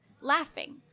laughing